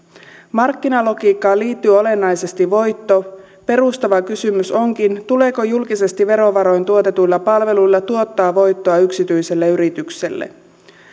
markkinalogiikkaan liittyy olennaisesti voitto perustava kysymys onkin tuleeko julkisesti verovaroin tuotetuilla palveluilla tuottaa voittoa yksityiselle yritykselle